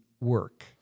work